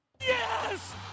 Yes